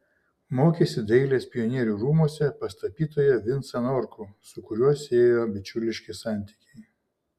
mokėsi dailės pionierių rūmuose pas tapytoją vincą norkų su kuriuo siejo bičiuliški santykiai